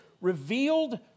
revealed